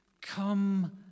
come